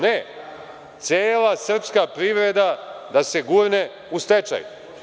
Ne, cela srpska privreda da se gurne u stečaj.